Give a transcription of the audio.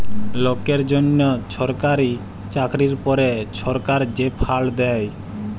লকের জ্যনহ ছরকারি চাকরির পরে ছরকার যে ফাল্ড দ্যায়